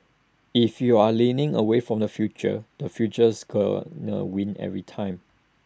if you're leaning away from the future the future is gonna win every time